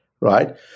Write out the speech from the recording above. right